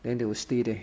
then they will stay there